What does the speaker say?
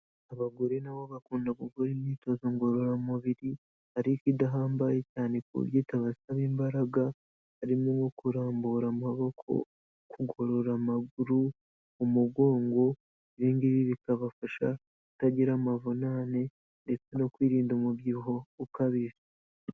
Abagore nabo bakunda ku gukora imyitozo ngororamubiri, ariko idahambaye cyane ku buryo itabasaba imbaraga, harimo nko kurambura amaboko, kugorora amaguru, umugongo, ibi ngibi bikabafasha kutagira amavunane, ndetse no kwirinda umubyibuho ukabije.